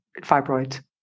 fibroids